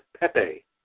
Pepe